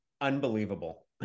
unbelievable